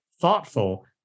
thoughtful